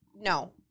No